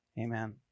Amen